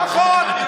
נכון.